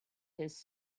his